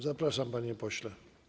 Zapraszam, panie pośle.